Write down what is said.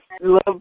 love